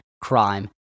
crime